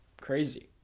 crazy